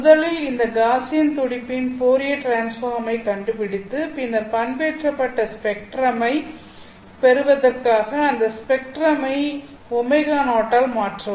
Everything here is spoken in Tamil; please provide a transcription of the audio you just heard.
முதலில் இந்த காஸியன் துடிப்பின் ஃபோரியர் டிரான்ஸ்பார்ம் ஐக் கண்டுபிடித்து பின்னர் பண்பேற்றப்பட்ட ஸ்பெக்ட்ரமைப் பெறுவதற்காக அந்த ஸ்பெக்ட்ரமை ω0 ஆல் மாற்றவும்